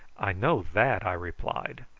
i know that, i replied.